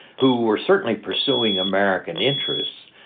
who were certainly pursuing american interests.